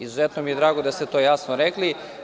Izuzetno mi je drago da ste to jasno rekli.